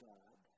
God